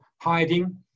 hiding